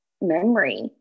memory